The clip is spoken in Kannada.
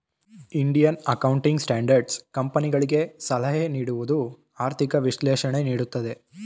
ಇಂಡಿಯನ್ ಅಕೌಂಟಿಂಗ್ ಸ್ಟ್ಯಾಂಡರ್ಡ್ ಕಂಪನಿಗಳಿಗೆ ಸಲಹೆ ನೀಡುವುದು, ಆರ್ಥಿಕ ವಿಶ್ಲೇಷಣೆ ನೀಡುತ್ತದೆ